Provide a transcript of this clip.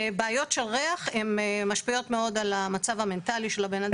בעיות של ריח הן משפיעות מאוד על המצב המנטלי של הבן אדם.